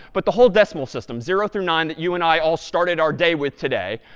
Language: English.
but the whole decimal system, zero through nine, that you and i all started our day with today.